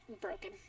broken